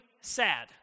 sad